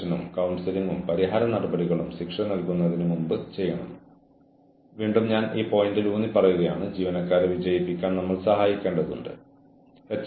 ജീവനക്കാരനോട് ഞാൻ ഏതെങ്കിലും തരത്തിൽ ജീവനക്കാരനോട് പെരുമാറിയ രീതിയിലൂടെയോ അല്ലെങ്കിൽ അന്തിമഫലത്തിലൂടെയോ വിവേചനം കാണിച്ചിട്ടുണ്ടോ